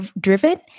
driven